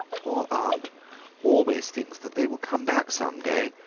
poor aunt always thinks that they will come back some day,